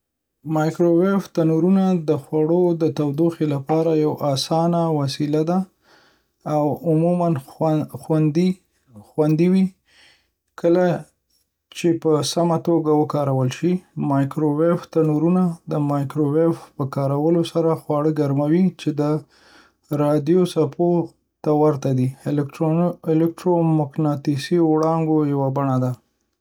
مایکروویو تنورونه د خوړو د تودوخې لپاره یوه اسانه وسیله ده او عموما خوندي وي کله چې په سمه توګه وکارول شي. مایکروویو تنورونه د مایکروویو په کارولو سره خواړه ګرموي، چې د راډیو څپو ته ورته د الکترومقناطیسي وړانګو یوه بڼه ده.